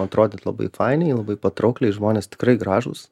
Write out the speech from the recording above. atrodyt labai fainiai labai patraukliai žmonės tikrai gražūs